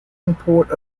import